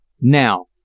Now